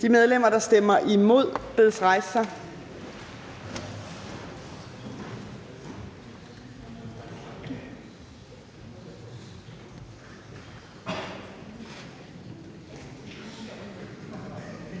De medlemmer, der stemmer imod, bedes rejse sig.